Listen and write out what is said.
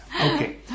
Okay